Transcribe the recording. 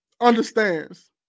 understands